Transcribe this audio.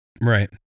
right